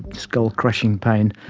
skull-crushing pain,